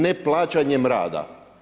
Neplaćanjem rada.